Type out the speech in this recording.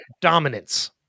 Dominance